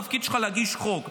התפקיד שלך להגיש חוק,